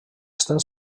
estan